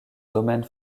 domaine